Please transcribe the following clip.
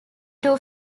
two